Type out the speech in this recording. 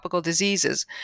diseases